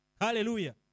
Hallelujah